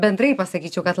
bendrai pasakyčiau kad